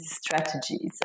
strategies